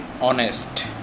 honest